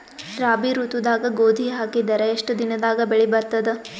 ರಾಬಿ ಋತುದಾಗ ಗೋಧಿ ಹಾಕಿದರ ಎಷ್ಟ ದಿನದಾಗ ಬೆಳಿ ಬರತದ?